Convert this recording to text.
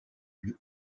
lieu